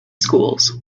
schools